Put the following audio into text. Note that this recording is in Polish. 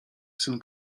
syn